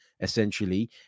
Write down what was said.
essentially